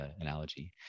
analogy